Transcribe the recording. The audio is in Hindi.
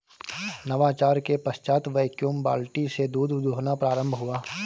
नवाचार के पश्चात वैक्यूम बाल्टी से दूध दुहना प्रारंभ हुआ